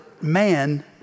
man